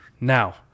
Now